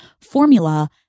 formula